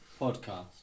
Podcast